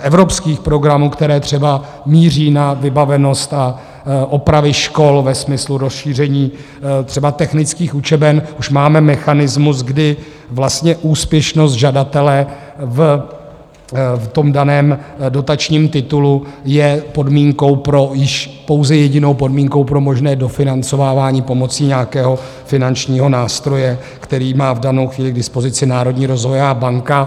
evropských programů, které třeba míří na vybavenost a opravy škol ve smyslu rozšíření třeba technických učeben, už máme mechanismus, kdy vlastně úspěšnost žadatele v tom daném dotačním titulu je podmínkou pouze jedinou podmínkou pro možné dofinancovávání pomocí nějakého finančního nástroje, který má v danou chvíli k dispozici Národní rozvojová banka.